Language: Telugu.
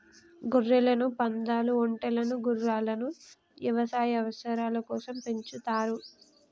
గొర్రెలను, పందాలు, ఒంటెలను గుర్రాలను యవసాయ అవసరాల కోసం పెంచుతారు